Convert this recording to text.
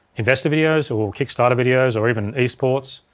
investor videos, or kickstarter videos, or even esports.